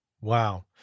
wow